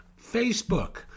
Facebook